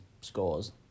scores